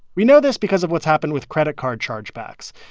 we know this because of what's happened with credit card chargebacks.